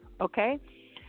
Okay